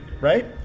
right